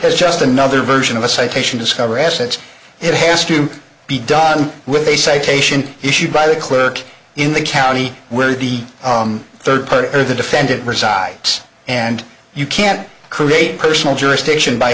as just another version of a citation discover assets it has to be done with a citation issued by the clerk in the county where the third party or the defendant resides and you can't create personal jurisdiction by